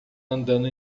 andando